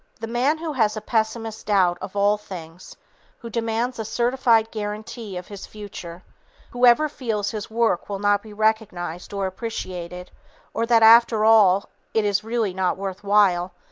the man who has a pessimist's doubt of all things who demands a certified guarantee of his future who ever fears his work will not be recognized or appreciated or that after all, it is really not worth while,